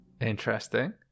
Interesting